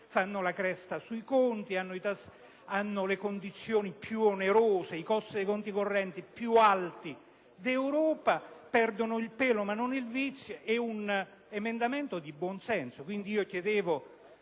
fanno la cresta sui conti, hanno le condizioni più onerose ed i costi dei conti correnti più alti d'Europa: perdono il pelo ma non il vizio. È un emendamento di buonsenso. Quindi, chiedo